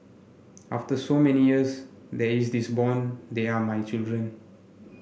after so many years there is this bond they are my children